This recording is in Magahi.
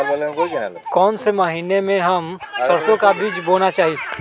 कौन से महीने में हम सरसो का बीज बोना चाहिए?